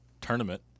tournament